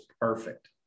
perfect